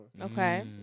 Okay